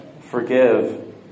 forgive